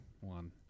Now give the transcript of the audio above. one